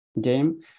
game